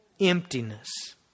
Emptiness